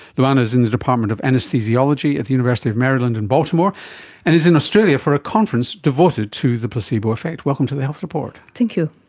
luana is in the department of anaesthesiology at the university of maryland in baltimore and is in australia for a conference devoted to the placebo effect. welcome to the health report. thank you.